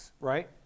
right